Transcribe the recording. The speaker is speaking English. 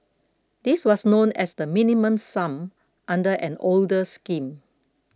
this was known as the Minimum Sum under an older scheme